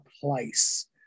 place